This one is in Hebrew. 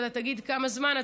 ותגיד כמה זמן,